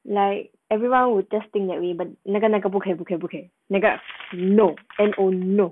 like everyone would just think that we but 那个那个不可以不可以不可以那个 no N O no